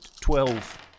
Twelve